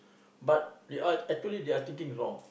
but uh I told you they are thinking wrong